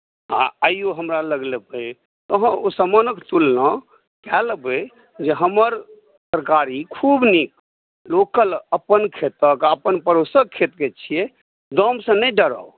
आ आइयो हमरा लग लेबै तऽ अहाँ ओ सामानक तुलना कऽ लेबै जे हमर तरकारी खूब नीक लोकल अपन खेतक आ अपन पड़ोसक खेतके छियै दामसँ नहि डराउ